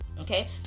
okay